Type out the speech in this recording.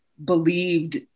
believed